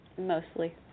mostly